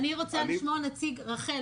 אני רוצה לשמוע נציג רח"ל,